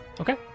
okay